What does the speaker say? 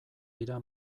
dira